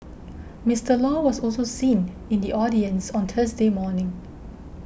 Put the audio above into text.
Mister Law was also seen in the audience on Thursday morning